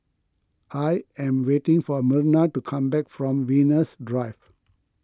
I am waiting for Myrna to come back from Venus Drive